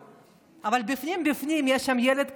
אבל בפנים בפנים יש שם ילד קטן,